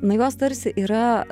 na jos tarsi yra